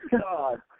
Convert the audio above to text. God